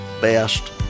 best